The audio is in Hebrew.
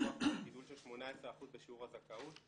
גידול של 18% בשיעור הזכאות,